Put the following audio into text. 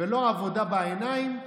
ולא עבודה בעיניים.